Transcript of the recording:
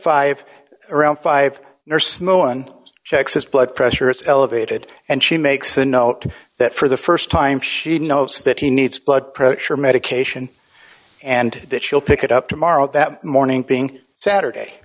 five around five nurse mowen checks his blood pressure is elevated and she makes the note that for the st time she knows that he needs blood pressure medication and that she'll pick it up tomorrow morning being saturday